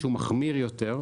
שהוא מחמיר יותר,